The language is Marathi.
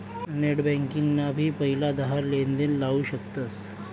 नेट बँकिंग ना भी पहिला दहा लेनदेण लाऊ शकतस